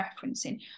referencing